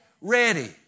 Ready